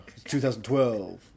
2012